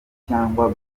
cyangwa